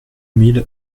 mille